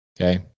Okay